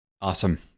Awesome